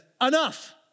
Enough